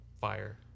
fire